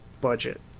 budget